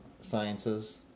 sciences